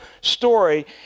story